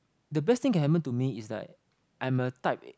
the best thing can happen to me is like I'm a type